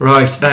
Right